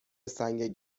سنگ